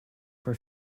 for